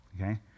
Okay